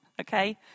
Okay